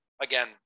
Again